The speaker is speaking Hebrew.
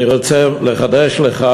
אני רוצה לחדש לך,